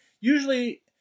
usually